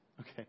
Okay